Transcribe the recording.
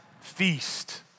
feast